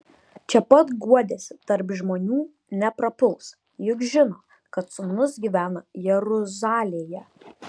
čia pat guodėsi tarp žmonių neprapuls juk žino kad sūnus gyvena jeruzalėje